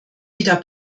wieder